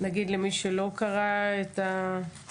נגיד למי שלא קרא את הפיצוץ,